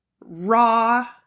raw